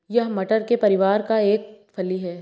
यह मटर के परिवार का एक फली है